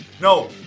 No